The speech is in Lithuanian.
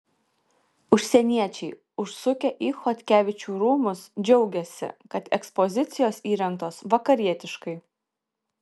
užsieniečiai užsukę į chodkevičių rūmus džiaugiasi kad ekspozicijos įrengtos vakarietiškai